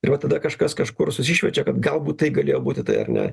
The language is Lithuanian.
ir vat tada kažkas kažkur susišviečia kad galbūt tai galėjo būti tai ar ne